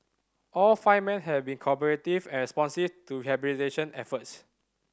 all five men have been cooperative and responsive to rehabilitation efforts